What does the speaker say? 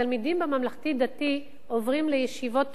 התלמידים בממלכתי-דתי עוברים לישיבות תיכוניות,